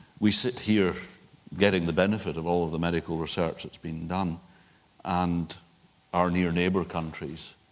we sit here getting the benefit of all of the medical research that's been done and our near neighbour countries,